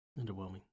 Underwhelming